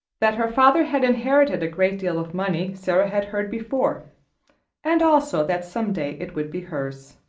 that her father had inherited a great deal of money, sara had heard before and also that some day it would be hers,